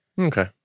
okay